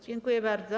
Dziękuję bardzo.